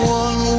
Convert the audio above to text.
one